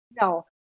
No